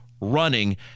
running